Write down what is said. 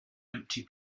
empty